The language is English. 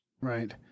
Right